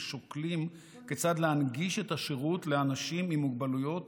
ושוקלים כיצד להנגיש את השירות לאנשים עם מוגבלויות